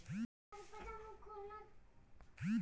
मुझे ऋण के लिए आवेदन भरने में बैंक से कोई सहायता मिल सकती है?